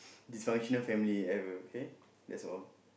dysfunctional family ever okay that's all